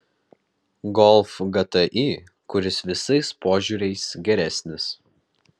golf gti kuris visais požiūriais geresnis